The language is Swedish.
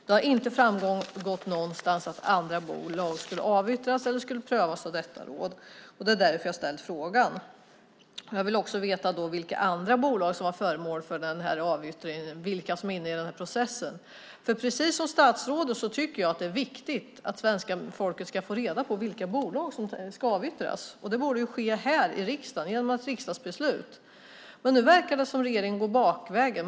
Det har inte någonstans framgått att andra bolag skulle avyttras eller prövas av detta råd, och det är därför jag har ställt frågan. Jag vill också veta vilka andra bolag som varit föremål för avyttringen, vilka som är inne i processen, för precis som statsrådet tycker jag att det är viktigt att svenska folket ska få reda på vilka bolag som ska avyttras. Det borde ske här i riksdagen genom ett riksdagsbeslut. Men nu verkar det som att regeringen går bakvägen.